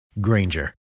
Granger